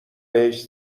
بهش